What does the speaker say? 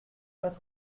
pas